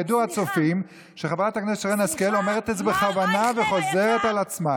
ידעו הצופים שחברת הכנסת שרן השכל אומרת את זה בכוונה וחוזרת על עצמה.